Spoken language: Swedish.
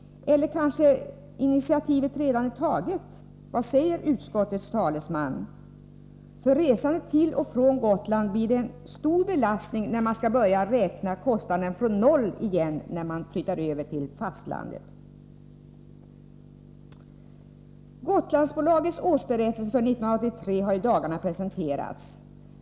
Eller kanske initiativet redan är taget? Vad säger utskottets talesman? För resande till och från Gotland blir det en stor belastning när man skall börja räkna kostnaderna från noll igen när man flyttar över till fastlandet. Gotlandsbolagets årsberättelse för 1983 har i dagarna presenterats.